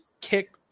kick